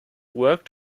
worked